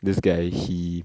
this guy he